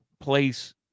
place